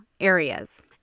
areas